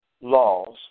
laws